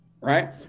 right